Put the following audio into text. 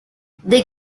they